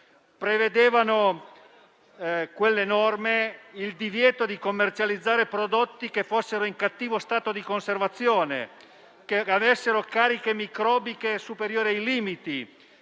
prevedevano il divieto di commercializzare prodotti che fossero in cattivo stato di conservazione, che avessero cariche microbiche superiori ai limiti,